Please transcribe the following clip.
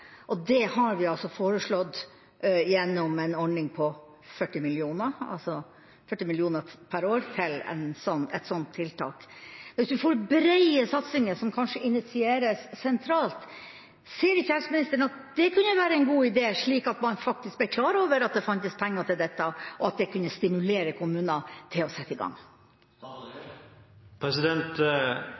Vi har foreslått en ordning på 40 mill. kr per år til et slikt tiltak. Hvis vi får brede satsinger som kanskje initieres sentralt, ser ikke helseministeren at det kunne være en god idé, slik at man faktisk var klar over at det fantes penger til dette, og at det kunne stimulere kommunene til å sette i